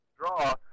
draw